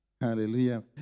Hallelujah